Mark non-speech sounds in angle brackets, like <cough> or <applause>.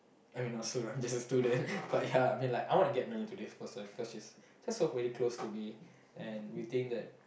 I mean not soon lah i'm just a student <laughs> but ya I mean like I wanna get married to this person because she's just so very close to me and we think that